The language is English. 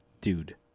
dude